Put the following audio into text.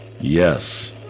Yes